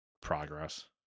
progress